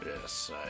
Yes